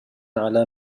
على